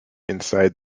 inside